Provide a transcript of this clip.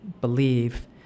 believe